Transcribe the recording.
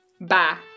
Bye